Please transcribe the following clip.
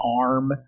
arm